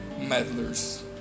meddlers